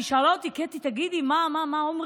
היא שאלה אותי: קטי, תגידי, מה אומרים?